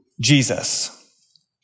Jesus